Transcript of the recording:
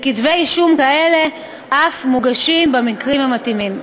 וכתבי אישום כאלה אף מוגשים במקרים המתאימים.